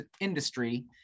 industry